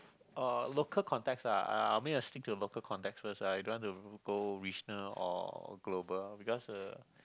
uh local context uh I I mean I stick to local context first I don't want to go regional or global because uh